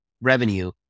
revenue